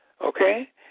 okay